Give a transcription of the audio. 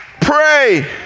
pray